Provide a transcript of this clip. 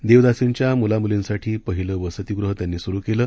देवदासींच्या मुलामुलीसाठी पहिलं वसतिगृह त्यांनी सुरु केलं